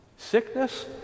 Sickness